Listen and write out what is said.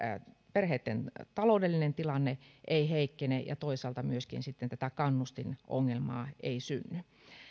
perheitten taloudellinen tilanne ei heikkene ja toisaalta myöskään tätä kannustinongelmaa ei synny